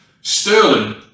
Sterling